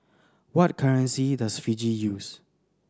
what currency does Fiji use